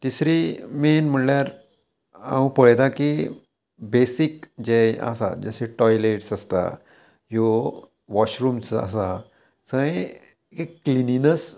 तिसरी मेन म्हणल्यार हांव पळयतां की बेसीक जे आसा जशे टॉयलेट्स आसता ह्यो वॉशरूम्स आसा थंय एक क्लिनिनस